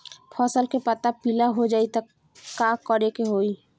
फसल के पत्ता पीला हो जाई त का करेके होई?